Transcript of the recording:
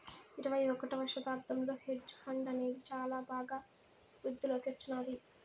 ఇరవై ఒకటవ శతాబ్దంలో హెడ్జ్ ఫండ్ అనేది బాగా వృద్ధిలోకి వచ్చినాది